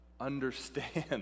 understand